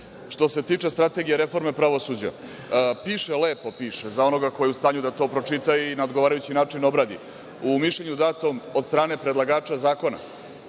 se tiče Strategije reforme pravosuđa, piše, lepo piše za onoga ko je u stanju da to pročita i na odgovarajući način obradi, u mišljenju datom od strane predlagača zakona,